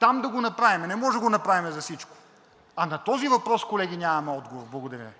там да го направим. Не можем да го направим за всичко. А на този въпрос, колеги, нямаме отговор. Благодаря